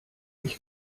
ich